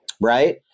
Right